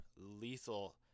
lethal